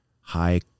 high